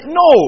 no